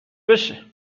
بشه